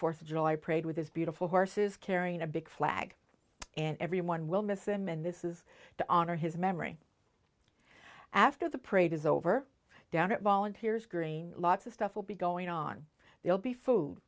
fourth of july parade with his beautiful horses carrying a big flag and everyone will miss him and this is to honor his memory after the parade is over down volunteers green lots of stuff will be going on they'll be food